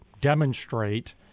demonstrate